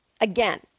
again